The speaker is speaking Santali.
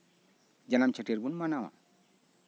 ᱡᱟᱱᱟᱢ ᱪᱷᱟᱹᱴᱭᱟᱹᱨ ᱵᱚᱱ ᱢᱟᱱᱟᱣᱟ